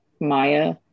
Maya